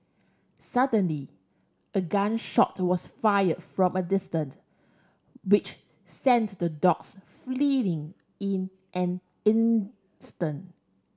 suddenly a gun shot was fire from a distant which sent the dogs fleeing in an instant